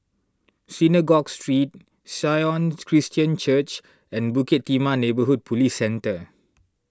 Synagogue Street Sion Christian Church and Bukit Timah Neighbourhood Police Centre